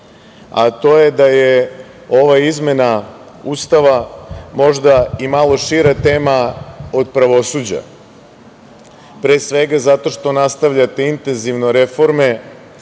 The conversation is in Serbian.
a to je da je ova izmena Ustava možda i malo šira tema od pravosuđa zato što nastavljate intenzivno reforme,